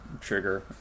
trigger